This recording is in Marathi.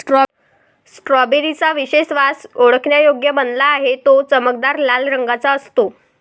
स्ट्रॉबेरी चा विशेष वास ओळखण्यायोग्य बनला आहे, तो चमकदार लाल रंगाचा असतो